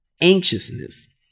anxiousness